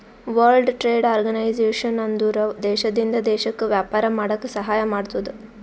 world Trade Organization ಅಂದುರ್ ದೇಶದಿಂದ್ ದೇಶಕ್ಕ ವ್ಯಾಪಾರ ಮಾಡಾಕ ಸಹಾಯ ಮಾಡ್ತುದ್